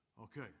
Okay